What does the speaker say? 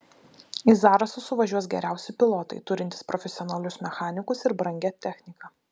į zarasus suvažiuos geriausi pilotai turintis profesionalius mechanikus ir brangią techniką